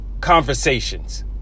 conversations